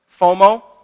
FOMO